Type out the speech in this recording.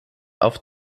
auf